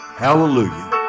Hallelujah